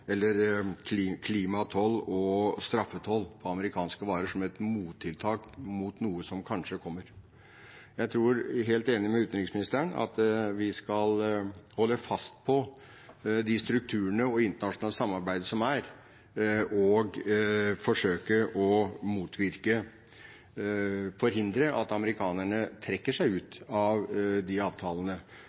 et mottiltak mot noe som kanskje kommer. Jeg er helt enig med utenriksministeren i at vi skal holde fast på de strukturene og det internasjonale samarbeidet som er, og forsøke å motvirke, forhindre, at amerikanerne trekker seg ut av de avtalene.